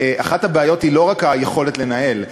אחת הבעיות היא לא רק היכולת לנהל,